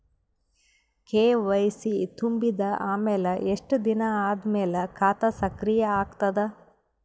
KYC ತುಂಬಿದ ಅಮೆಲ ಎಷ್ಟ ದಿನ ಆದ ಮೇಲ ಖಾತಾ ಸಕ್ರಿಯ ಅಗತದ?